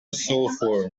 sulfur